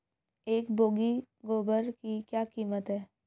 एक बोगी गोबर की क्या कीमत है?